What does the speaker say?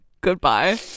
goodbye